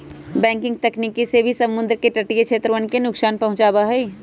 breaking तकनीक से भी समुद्र के तटीय क्षेत्रवन के नुकसान पहुंचावा हई